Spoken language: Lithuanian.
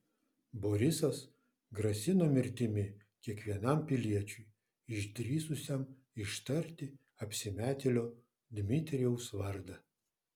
borisas grasino mirtimi kiekvienam piliečiui išdrįsusiam ištarti apsimetėlio dmitrijaus vardą